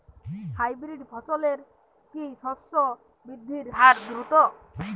Hybrid ফসলের কি শস্য বৃদ্ধির হার দ্রুত?